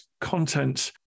content